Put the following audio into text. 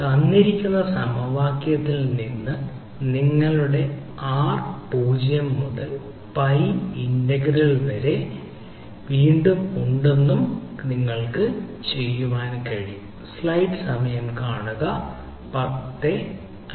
തന്നിരിക്കുന്ന സമവാക്യത്തിൽ നിന്ന് എനിക്ക് നിങ്ങളുടെ R 0 മുതൽ pi ഇന്റഗ്രൽ 0 മുതൽ pi വരെ ഉണ്ടെങ്കിൽ നിങ്ങൾക്ക് ചെയ്യാൻ കഴിയും